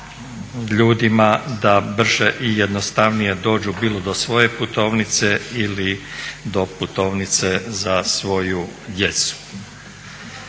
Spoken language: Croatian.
ljudima da brže i jednostavnije dođu bilo do svoje putovnice ili do putovnice za svoju djecu.